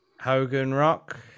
Hogan-Rock